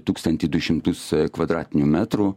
tūkstantį du šimtus kvadratinių metrų